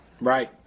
Right